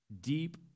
deep